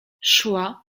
szła